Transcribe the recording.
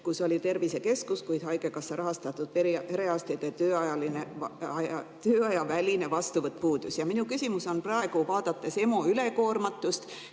kus oli tervisekeskus, haigekassa rahastatud perearstide tööajavälist vastuvõttu. Ja minu küsimus on praegu, vaadates EMO ülekoormatust